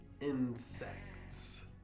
Insects